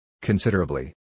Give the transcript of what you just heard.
Considerably